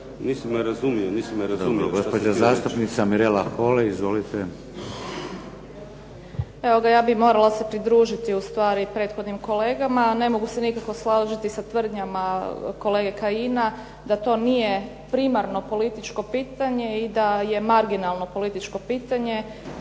obliku to govori. **Šeks, Vladimir (HDZ)** Hvala. Gospođa zastupnica Mirela Holy. **Holy, Mirela (SDP)** Evo ja bih se morala pridružiti ustvari prethodnim kolegama, ne mogu se nikako složiti sa tvrdnjama kolege Kajina da to nije primarno političko pitanje i da je marginalno političko pitanje,